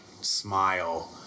smile